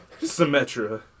Symmetra